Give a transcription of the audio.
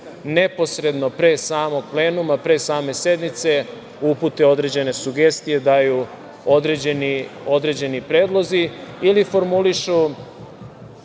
neposredno pre samog plenuma, pre same sednice, upute određene sugestije, daju određeni predlozi ili formulišu